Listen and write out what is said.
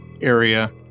area